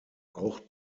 auch